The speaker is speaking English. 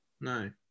No